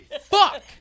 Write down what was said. Fuck